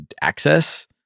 access